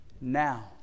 Now